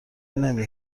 نمی